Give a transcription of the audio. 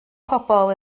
pobl